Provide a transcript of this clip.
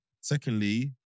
secondly